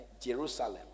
Jerusalem